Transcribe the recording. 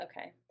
Okay